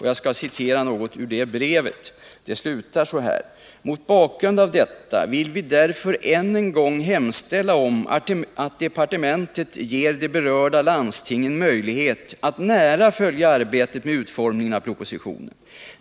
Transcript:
Jag skall be att få citera ur det brevet, 103 som slutar så här: ”Mot bakgrund av detta vill vi därför än en gång hemställa om att departementet ger de berörda landstingen möjlighet att nära följa arbetet med utformningen av propositionen.